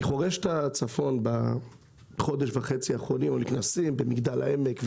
אני חורש את הצפון בחודש וחצי האחרונים בכנסים במגדל העמק,